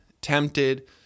tempted